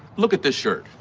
look at this shirt